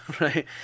right